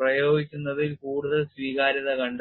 പ്രയോഗിക്കുന്നതിൽ കൂടുതൽ സ്വീകാര്യത കണ്ടെത്തി